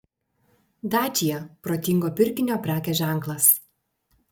dacia protingo pirkinio prekės ženklas